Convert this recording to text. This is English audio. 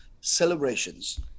celebrations